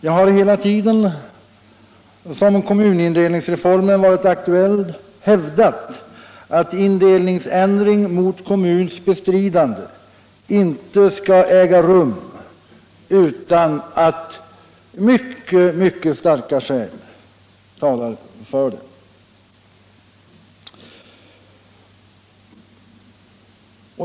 Jag har hela tiden som kommunindelningsreformen varit aktuell hävdat att indelningsändring mot kommuns bestridande inte skall äga rum utan mycket starka skäl.